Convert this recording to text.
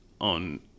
on